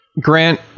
Grant